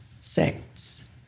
sects